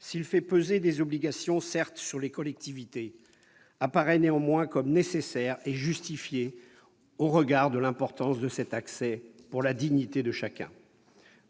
s'il fait peser des obligations sur les collectivités, apparaît comme nécessaire et justifié au regard de l'importance de cet accès pour la dignité de chacun.